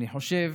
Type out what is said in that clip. אני חושב